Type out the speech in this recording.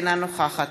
אינה נוכחת